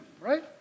right